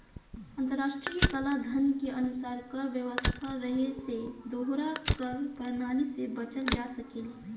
अंतर्राष्ट्रीय कलाधन के अनुसार कर व्यवस्था रहे से दोहरा कर प्रणाली से बचल जा सकेला